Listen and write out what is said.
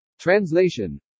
Translation